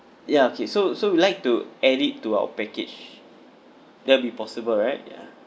ya okay so so we'd like to add it to our package that'll be possible right ya